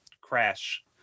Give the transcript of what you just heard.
crash